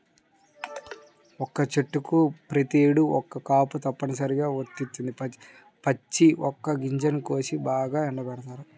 వక్క చెట్లకు ప్రతేడు ఒక్క కాపు తప్పనిసరిగా వత్తది, పచ్చి వక్క గింజలను కోసి బాగా ఎండబెడతారు